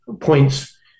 points